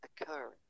occurring